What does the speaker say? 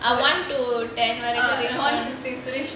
ah one to ten வரைக்கும்:varaikum